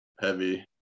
Heavy